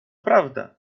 prawda